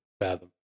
fathom